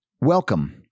welcome